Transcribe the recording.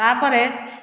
ତା'ପରେ